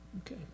okay